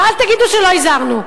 ואל תגידו שלא הזהרנו.